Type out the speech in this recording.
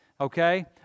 okay